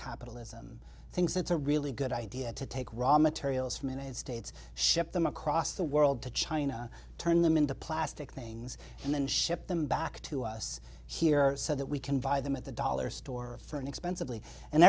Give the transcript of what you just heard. capitalism thinks it's a really good idea to take raw materials from and states ship them across the world to china turn them into plastic things and then ship them back to us here said that we can buy them at the dollar store for inexpensive